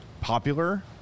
popular